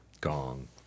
Gong